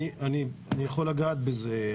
אני יכול לגעת בזה.